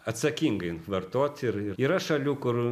atsakingai vartot ir yra šalių kur